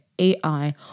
AI